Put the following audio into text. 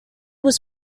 was